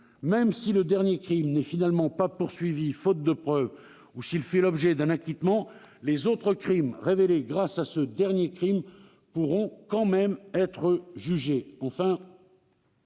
même si le dernier crime n'est finalement pas poursuivi faute de preuves, ou s'il fait l'objet d'un acquittement, les autres crimes révélés grâce à ce dernier crime pourront tout de même être jugés.